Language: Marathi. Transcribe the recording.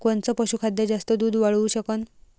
कोनचं पशुखाद्य जास्त दुध वाढवू शकन?